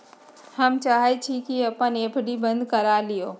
हम चाहई छी कि अपन एफ.डी बंद करा लिउ